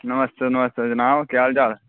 नमस्ते नमस्ते जनाब केह् हाल चाल ऐ